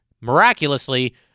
miraculously